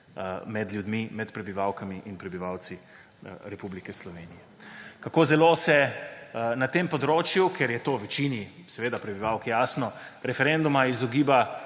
med ljudmi, med prebivalkami in prebivalci Republike Slovenije. Kako zelo se na tem področju, ker je to večini prebivalk in prebivalcev jasno, referenduma izogiba